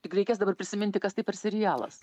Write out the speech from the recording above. tik reikės dabar prisiminti kas tai per serialas